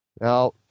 Now